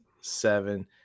seven